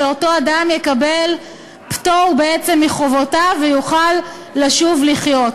שאותו אדם יקבל פטור מחובותיו ויוכל לשוב לחיות.